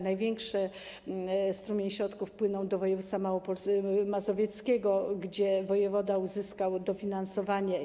Największy strumień środków wpłynął do województwa mazowieckiego, gdzie wojewoda uzyskał dofinansowanie.